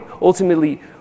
ultimately